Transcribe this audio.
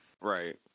Right